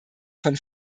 von